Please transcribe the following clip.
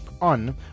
on